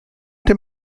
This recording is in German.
dem